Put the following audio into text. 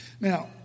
Now